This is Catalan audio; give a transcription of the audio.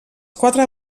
quatre